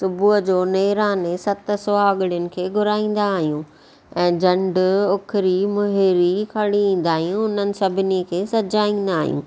सुबुह जो नेराने सत सुहाॻिणिन खे घुराईंदा आहियूं ऐं जंडु उखरी मुहिरी खड़ी ईंदा आहियूं उन्हनि सभिनिनि खे सजाईंदा आहियूं